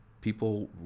people